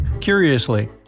Curiously